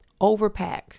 overpack